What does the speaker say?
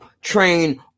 train